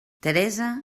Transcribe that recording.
teresa